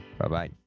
Bye-bye